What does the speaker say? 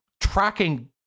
tracking